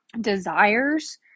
desires